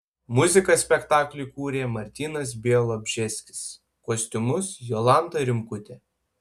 muziką spektakliui kūrė martynas bialobžeskis kostiumus jolanta rimkutė